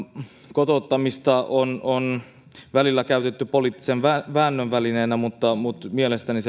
kotouttamista on on välillä käytetty poliittisen väännön välineenä mutta mutta mielestäni